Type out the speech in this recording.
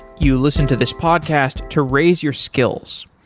you listen to this podcast to raise your skills.